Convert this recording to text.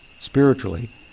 spiritually